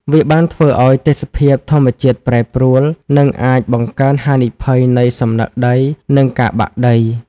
វាបានធ្វើឲ្យទេសភាពធម្មជាតិប្រែប្រួល និងអាចបង្កើនហានិភ័យនៃសំណឹកដី និងការបាក់ដី។